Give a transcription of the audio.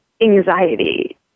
anxiety